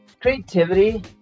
Creativity